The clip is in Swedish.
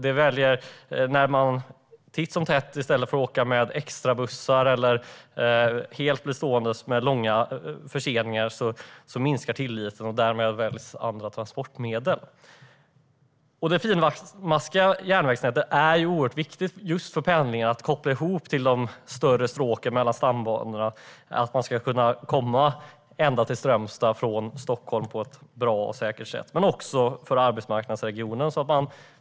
I stället för att titt som tätt åka extrabussar eller helt bli stående, med stora förseningar, väljer man andra transportmedel. Det finmaskiga järnvägsnätet är oerhört viktigt för pendlingen. Det kopplar ihop de större stråken mellan stambanorna. Man ska kunna komma ända till Strömstad från Stockholm på ett bra och säkert sätt, men det handlar också om arbetsmarknadsregionen.